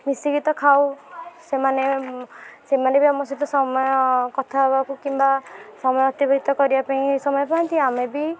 ମିଶିକି ତ ଖାଉ ସେମାନେ ସେମାନେ ବି ଆମ ସହିତ ସମୟ କଥା ହେବାକୁ କିମ୍ବା ସମୟ ଅତିବାହିତ କରିବା ପାଇଁ ସମୟ ପାଆନ୍ତି ଆମେ ବି